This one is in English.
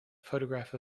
photograph